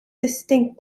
distinct